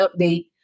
update